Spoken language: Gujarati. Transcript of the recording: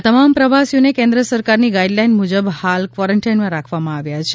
આ તમામ પ્રવાસીઓને કેન્દ્ર સરકારની ગાઇડ લાઇન મુજબ હાલ ક્વોરેન્ટાઈન કરવામાં આવ્યા છે